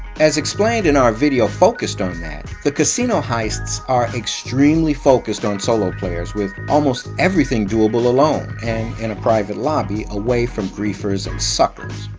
as explained in our video focused on that, the casino heists are extremely focused on solo players with almost everything doable alone and in a private lobby away from griefers and suckers.